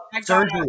surgery